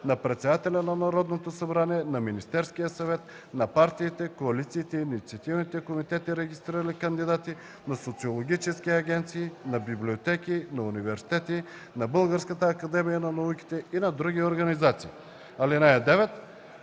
на председателя на Народното събрание, на Министерския съвет, на партиите, коалициите и инициативните комитети, регистрирали кандидати, на социологически агенции, на библиотеки, на университети, на Българската академия на науките и на други организации. (9)